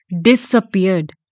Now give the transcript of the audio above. disappeared